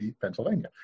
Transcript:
Pennsylvania